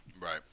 Right